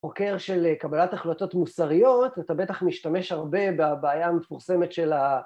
חוקר של קבלת החלוטות מוסריות, אתה בטח משתמש הרבה בבעיה המפורסמת של ה...